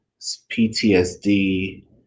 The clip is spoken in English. PTSD